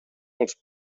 els